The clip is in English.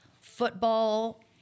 football